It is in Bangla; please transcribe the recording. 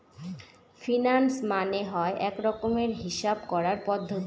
ফিন্যান্স মানে হয় এক রকমের হিসাব করার পদ্ধতি